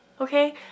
okay